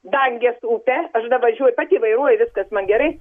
dangės upė aš davažiuoju pati vairuoju viskas man gerai